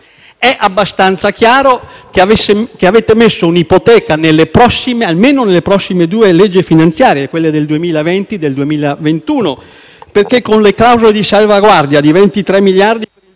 È abbastanza chiaro che avete messo un'ipoteca almeno sulle prossime due leggi finanziarie (quelle del 2020 e 2021). Infatti, con le clausole di salvaguardia di 23 miliardi nel